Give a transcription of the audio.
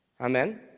Amen